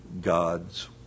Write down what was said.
God's